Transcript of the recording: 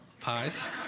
pies